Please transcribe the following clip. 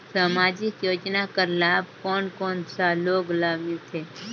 समाजिक योजना कर लाभ कोन कोन सा लोग ला मिलथे?